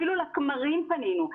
אפילו לכמרים פנינו.